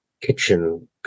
kitchen